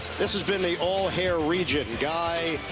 this has been the all hair region guy,